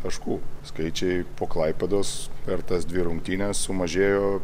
taškų skaičiai po klaipėdos per tas dvi rungtynes sumažėjo